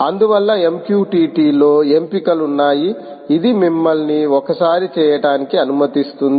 అందువల్ల MQTT లో ఎంపికలు ఉన్నాయి ఇది మిమ్మల్ని ఒకసారి చేయటానికి అనుమతిస్తుంది